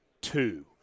two